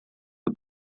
the